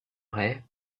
vrai